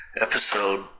Episode